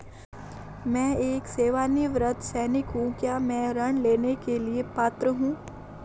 मैं एक सेवानिवृत्त सैनिक हूँ क्या मैं ऋण लेने के लिए पात्र हूँ?